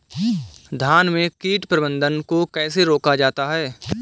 धान में कीट प्रबंधन को कैसे रोका जाता है?